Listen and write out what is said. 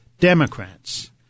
democrats